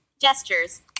Gestures